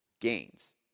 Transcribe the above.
gains